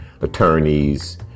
attorneys